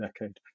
decade